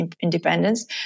independence